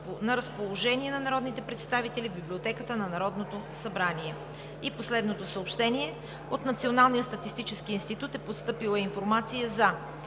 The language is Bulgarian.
на разположение на народните представители в Библиотеката на Народното събрание. - От Националния статистически институт е постъпила информация за: